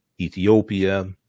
ethiopia